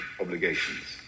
obligations